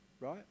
right